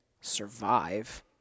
survive